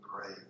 pray